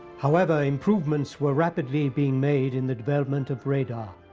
however, improvements were rapidly being made in the development of radar.